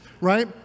right